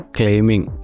claiming